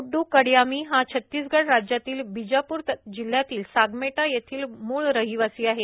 गुडुडू क्डयामी हा छत्तीसगड राज्यातील बिजापूर जिल्ह्यातील सागमेटा येथील मूळ रहिवासी आहे